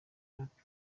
beauty